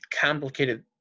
complicated